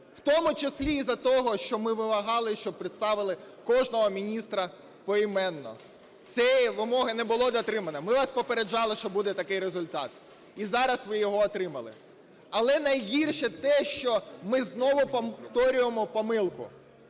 В тому числі з-за того, що ми вимагали, щоб представили кожного міністра поіменно. Цієї вимоги не було дотримано. Ми вас попереджали, що буде такий результат. І зараз ви його отримали. Але найгірше те, що ми знову повторюємо помилку.